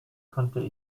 könnte